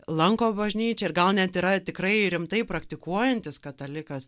lanko bažnyčią ir gal net yra tikrai rimtai praktikuojantis katalikas